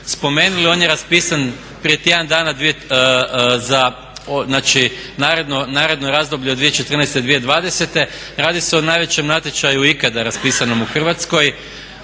spomenuli on je raspisan prije tjedan dana za, znači naredno razdoblje od 2014./2020.. Radi se o najvećem natječaju ikada raspisanom u Hrvatskoj,